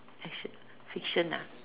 fiction fiction ah